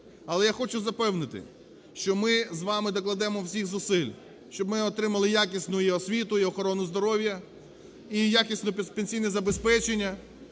Але я хочу запевнити, що ми з вами докладемо всіх зусиль, щоб ми отримали якісну і освіту, і охорону здоров'я, і якісне пенсійне забезпечення.